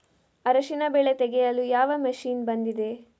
ಅರಿಶಿನ ಬೆಳೆ ತೆಗೆಯಲು ಯಾವ ಮಷೀನ್ ಬಂದಿದೆ?